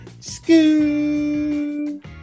Scoo